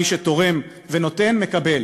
שמשקיע בעסקים הקטנים ומבטא מדיניות שבה מי שתורם ונותן,